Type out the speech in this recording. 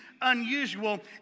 unusual